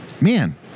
man